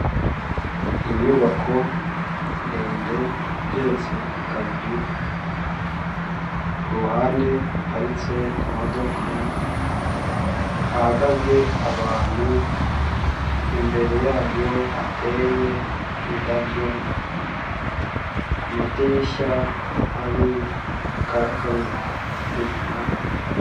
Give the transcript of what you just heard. Inyubako ndende igereretse kabiri, ku ruhande haparitse imodoka, hahagaze abantu, imbere yayo hateye indabyo, ku madirishya hari akagaruramuyaga.